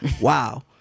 wow